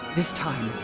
this time